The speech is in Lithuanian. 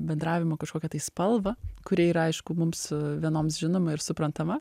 bendravimo kažkokią tai spalvą kuri yra aišku mums vienoms žinoma ir suprantama